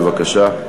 בבקשה.